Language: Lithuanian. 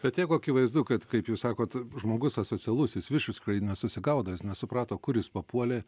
bet jeigu akivaizdu kad kaip jūs sakot žmogus asocialus jis visiškai nesusigaudo jis nesuprato kur jis papuolė